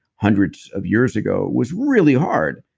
hundreds of years ago, was really hard.